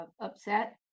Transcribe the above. upset